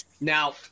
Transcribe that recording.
Now